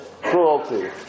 cruelty